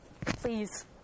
Please